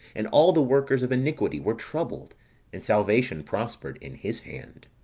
and all the workers of iniquity were troubled and salvation prospered in his hand.